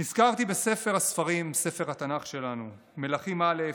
נזכרתי בספר הספרים, ספר התנ"ך שלנו, מלכים א',